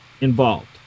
involved